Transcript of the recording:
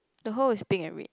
the hole is pink and red